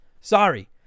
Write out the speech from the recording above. sorry